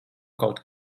kaut